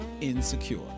Insecure